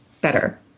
better